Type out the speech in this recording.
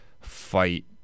fight